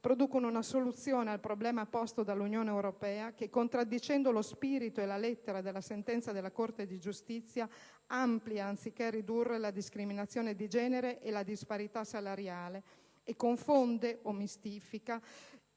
producono una soluzione al problema posto dall'Unione europea che, contraddicendo lo spirito e la lettera della sentenza della Corte di giustizia, amplia, anziché ridurre, la discriminazione di genere e la disparità salariale e confonde (o mistifica)